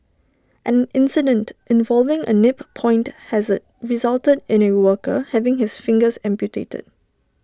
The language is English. an incident involving A nip point hazard resulted in A worker having his fingers amputated